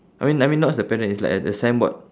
I mean I mean not the parent is like a a signboard